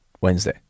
Wednesday